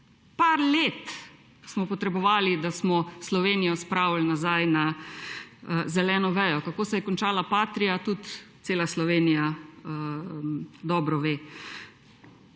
Nekaj let smo potrebovali, da smo Slovenijo spravili nazaj na zeleno vejo. Kako se je končala Patria, tudi cela Slovenija dobro ve.